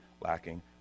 lacking